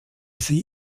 sie